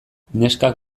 neskak